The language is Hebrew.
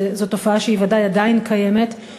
זאת תופעה שוודאי עדיין קיימת,